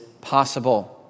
possible